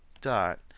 dot